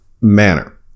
manner